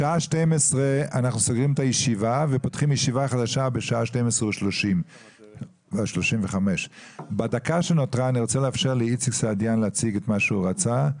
בשעה 12:00 אנחנו סוגרים את הישיבה ופותחים ישיבה חדשה בשעה 12:35. בדקה שנותרה אני רוצה לאפשר לאיציק סעידיאן להציג את מה שהוא רצה,